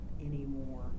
anymore